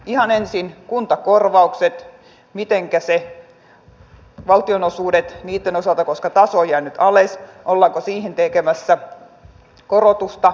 ihan ensin kuntakorvaukset valtionosuudet niiden osalta koska taso on jäänyt alas ollaanko siihen tekemässä korotusta